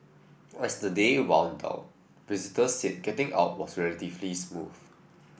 as the day wound down visitors said getting out was relatively smooth